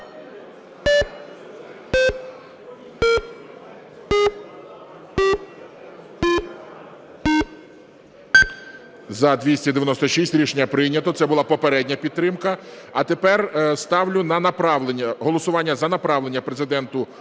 За-296 Рішення прийнято. Це була попередня підтримка. А тепер ставлю на направлення, голосування за направлення Президенту